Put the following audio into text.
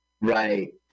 Right